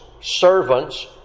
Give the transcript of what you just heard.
servants